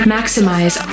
Maximize